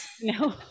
No